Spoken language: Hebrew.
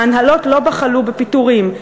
ההנהלות לא בחלו בפיטורים,